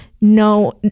No